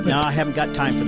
i haven't got time for that.